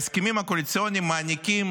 ההסכמים הקואליציוניים מעניקים,